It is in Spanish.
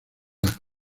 acto